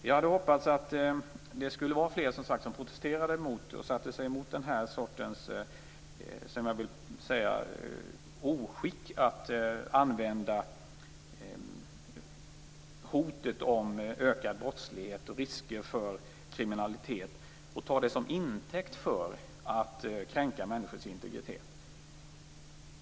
Jag hade hoppats att det skulle vara fler som protesterade och satte sig emot den här sortens oskick att använda hotet om ökad brottslighet och risker för kriminalitet som intäkt för att kränka människors integritet.